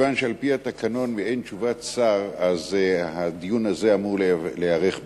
על-פי התקנון באין תשובת שר הדיון הזה אמור להיערך במליאה.